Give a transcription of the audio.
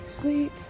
Sweet